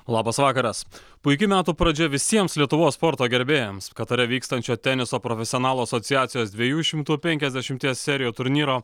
labas vakaras puiki metų pradžia visiems lietuvos sporto gerbėjams katare vykstančio teniso profesionalų asociacijos dviejų šimtų penkiasdešimties serijų turnyro